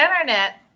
Internet